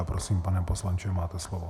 Prosím, pane poslanče, máte slovo.